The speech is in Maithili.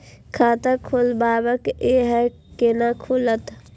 खाता खोलवाक यै है कोना खुलत?